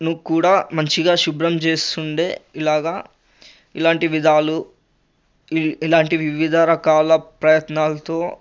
ను కూడా మంచిగా శుభ్రం చేస్తుండే ఇలాగా ఇలాంటి విధాలు ఈ ఇలాంటి వివిధ రకాల ప్రయత్నాలతో